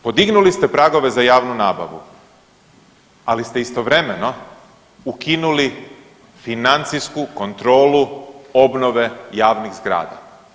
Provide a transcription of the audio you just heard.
Podignuli ste pragove za javnu nabavu, ali ste istovremeno ukinuli financijsku kontrolu obnove javnih zgrada.